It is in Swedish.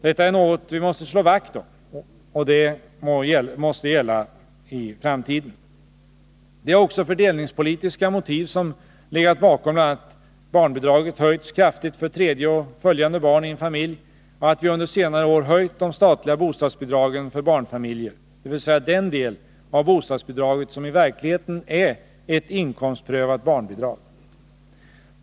Detta är något vi måste slå vakt om också i framtiden. Det är också fördelningspolitiska motiv som legat bakom bl.a. att barnbidraget höjts kraftigt för tredje och följande barn i en familj och att vi under senare år höjt de statliga bostadsbidragen för barnfamiljer, dvs. den del av bostadsbidraget som i verkligheten är inkomstprövat barnbidrag.